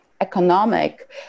economic